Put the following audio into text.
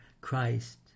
Christ